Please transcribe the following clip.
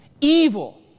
evil